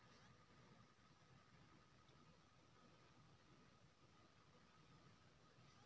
market risk मे equity risk केर चर्चा होइ छै जाहि सँ लाभांश कम भए जाइ छै